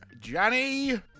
Johnny